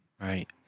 Right